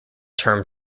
term